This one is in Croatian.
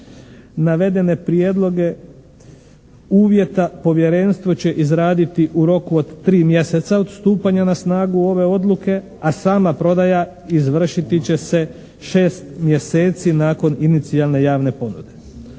Navedene prijedloge uvjeta povjerenstvo će izraditi u roku od 3 mjeseca od stupanja na snagu ove odluke, a sama prodaja izvršiti će se 6 mjeseci nakon inicijalne javne ponude.